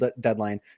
deadline